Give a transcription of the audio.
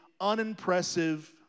unimpressive